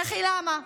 וכי למה?